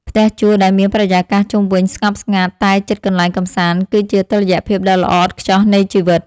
ផ្ទះជួលដែលមានបរិយាកាសជុំវិញស្ងប់ស្ងាត់តែជិតកន្លែងកម្សាន្តគឺជាតុល្យភាពដ៏ល្អឥតខ្ចោះនៃជីវិត។